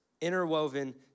interwoven